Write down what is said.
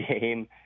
game